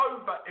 over